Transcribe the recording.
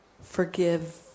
Forgive